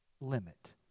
limit